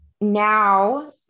now